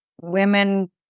women